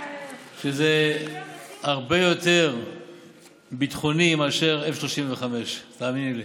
שזה הרבה יותר ביטחוני מאשר F-35, תאמינו לי.